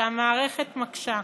כשהמערכת מקשה.